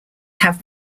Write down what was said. have